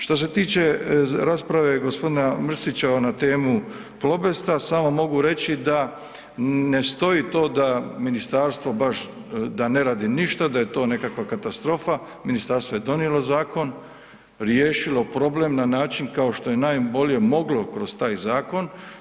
Što se tiče rasprave g. Mrsića na temu Plobesta, samo mogu reći da ne stoji to da ministarstvo baš, da ne radi ništa, da je to nekakva katastrofa, ministarstvo je donijelo zakon, riješilo problem na način kao što je najbolje moglo kroz taj zakon.